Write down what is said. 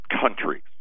countries